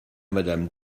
madame